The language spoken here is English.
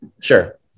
Sure